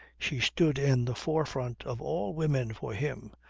she stood in the forefront of all women for him,